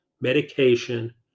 medication